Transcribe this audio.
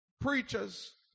preachers